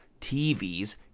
tv's